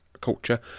culture